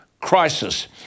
crisis